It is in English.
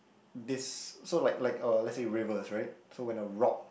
this so like like uh let's say rivers right so when a rock